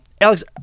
Alex